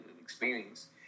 experience